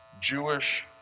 Jewish